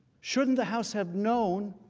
shouldn't house have known,